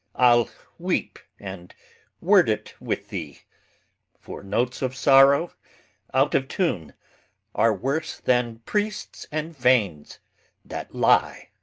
i'll weep, and word it with thee for notes of sorrow out of tune are worse than priests and fanes that lie.